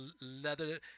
leather